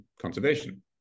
conservation